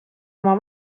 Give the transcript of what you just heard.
oma